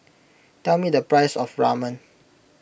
tell me the price of Ramen